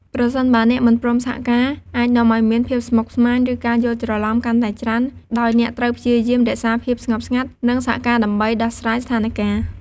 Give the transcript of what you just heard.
ប្រសិនបើអ្នកមិនព្រមសហការអាចនាំឱ្យមានភាពស្មុគស្មាញ ឬការយល់ច្រឡំកាន់តែច្រើន ដោយអ្នកត្រូវព្យាយាមរក្សាភាពស្ងប់ស្ងាត់ និងសហការដើម្បីដោះស្រាយស្ថានការណ៍។